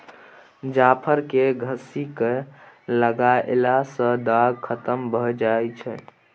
जाफर केँ घसि कय लगएला सँ दाग खतम भए जाई छै